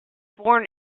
born